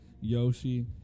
Yoshi